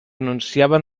anunciaven